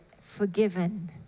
forgiven